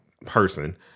person